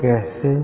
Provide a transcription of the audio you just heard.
यह कैसे